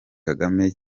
kagame